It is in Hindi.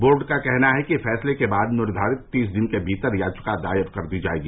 बोर्ड का कहना है कि फैसले के बाद निर्धारित तीस दिन के भीतर याचिका दायर कर दी जाएगी